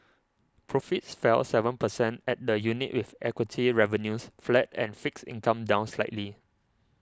profits fell seven percent at the unit with equity revenues flat and fixed income down slightly